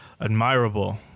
admirable